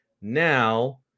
now